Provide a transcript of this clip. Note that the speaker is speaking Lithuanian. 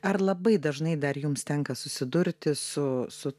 ar labai dažnai dar jums tenka susidurti su su